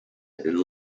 and